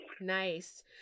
Nice